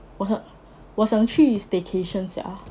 我很我想去 staycation sia